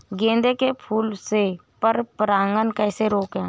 गेंदे के फूल से पर परागण कैसे रोकें?